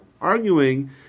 arguing